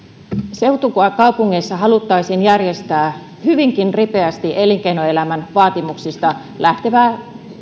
seutukaupungeissa haluttaisiin järjestää hyvinkin ripeästi elinkeinoelämän vaatimuksista lähtevää